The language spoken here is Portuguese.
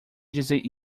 dizer